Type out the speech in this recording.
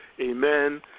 amen